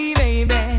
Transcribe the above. baby